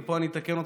ופה אני אתקן אותך,